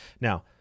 Now